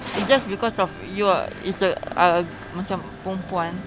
it's just because of you're it's a are a macam perempuan